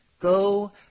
Go